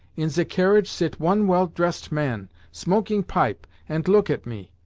in ze carriage sit one well-tresset man, smoking pipe, ant look at me.